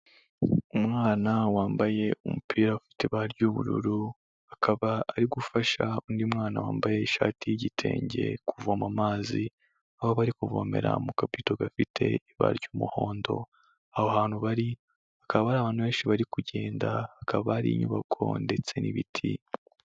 Umwana wambaye umupira ufite ibara ry'ubururu, akaba ari gufasha undi mwana wambaye ishati y'igitenge kuvoma amazi, aho bari kuvomera mu kabido gafite ibara ry'umuhondo, aho hantu bari hakaba hari abantu benshi bari kugenda, hakaba ari inyubako ndetse n'ibiti.